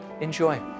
Enjoy